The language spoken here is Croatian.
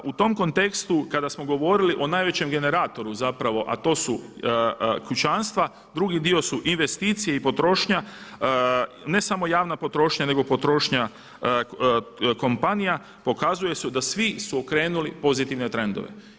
U tom kontekstu kada smo govorili o najvećem generatoru, a to su kućanstva, drugi dio su investicije i potrošnja, ne samo javna potrošnja nego potrošnja kompanija pokazuje da su svi okrenuli pozitivne trendove.